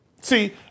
See